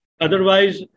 Otherwise